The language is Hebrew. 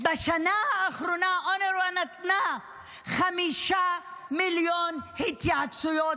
בשנה האחרונה אונר"א נתנה 5 מיליון התייעצויות